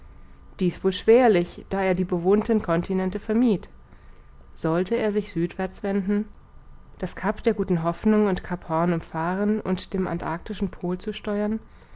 dies wohl schwerlich da er die bewohnten continente vermied sollte er sich südwärts wenden das cap der guten hoffnung und cap horn umfahren und dem antarktischen pol zusteuern